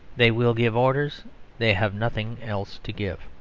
they will give orders they have nothing else to give.